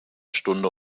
stunde